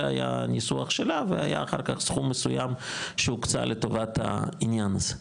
היה ניסוח שלה והיה אחר כך סכום מסוים שהוקצה לטובת העניין הזה.